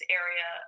area